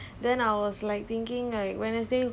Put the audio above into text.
sorry orh